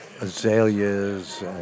azaleas